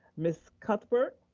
mrs. cuthbert.